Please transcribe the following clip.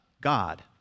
God